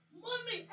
mommy